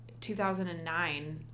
2009